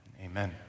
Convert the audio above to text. amen